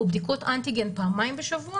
או בדיקות אנטיגן פעמיים בשבוע.